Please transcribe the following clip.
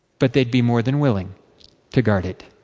but they would be more than willing to guard it.